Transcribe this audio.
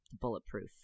bulletproof